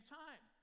time